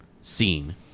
scene